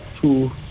two